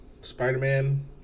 Spider-Man